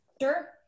Sure